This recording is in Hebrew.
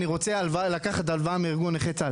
אני רוצה לקחת הלוואה מארגון נכי צה"ל,